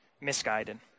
misguided